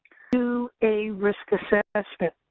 do a risk assessment?